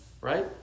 right